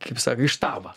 kaip sako į štabą